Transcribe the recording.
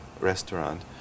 restaurant